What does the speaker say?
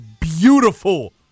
beautiful